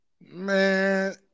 Man